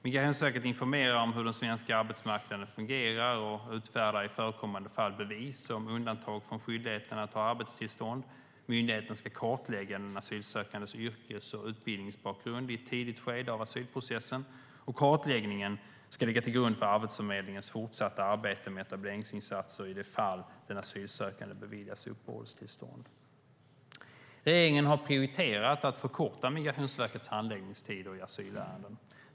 Migrationsverket informerar om hur den svenska arbetsmarknaden fungerar och utfärdar i förekommande fall bevis om undantag från skyldigheten att ha arbetstillstånd. Myndigheten ska kartlägga den asylsökandes yrkes och utbildningsbakgrund i ett tidigt skede av asylprocessen. Kartläggningen ska ligga till grund för Arbetsförmedlingens fortsatta arbete med etableringsinsatser i det fall den asylsökande beviljas uppehållstillstånd. Regeringen har prioriterat att förkorta Migrationsverkets handläggningstider i asylärenden.